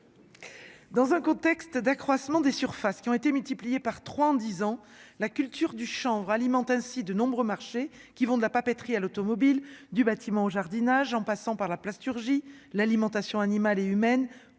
Dans un contexte d'accroissement des surfaces qui ont été multipliées par 3 en 10 ans, la culture du chanvre alimente ainsi de nombreux marchés qui vont de la papeterie à l'automobile, du bâtiment au jardinage, en passant par la plasturgie, l'alimentation animale et humaine,